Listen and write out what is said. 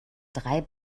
drei